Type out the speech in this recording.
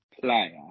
player